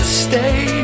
stay